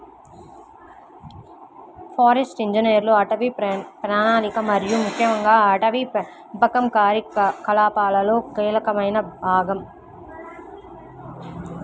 forest ఇంజనీర్లు అటవీ ప్రణాళిక మరియు ముఖ్యంగా అటవీ పెంపకం కార్యకలాపాలలో కీలకమైన భాగం